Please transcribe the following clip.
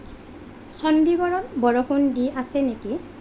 চণ্ডীগড়ত বৰষুণ দি আছে নেকি